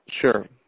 Sure